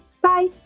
Bye